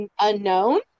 unknown